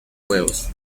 huevos